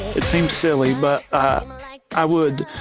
it seems silly, but ah like i would,